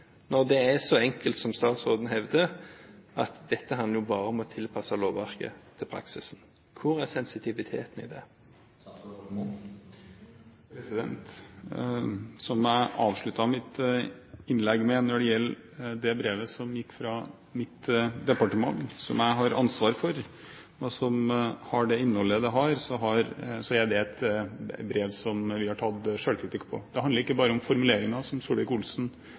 når det er så enkelt som statsråden hevder, at dette bare handler om å tilpasse lovverket til praksisen? Hvor er sensitiviteten i det? Som jeg avsluttet innlegg med å si: Når det gjelder det brevet som gikk fra mitt departement, som jeg har ansvar for, og som har det innholdet det har, er det brev vi har tatt selvkritikk på. Det handler ikke bare om formuleringen, som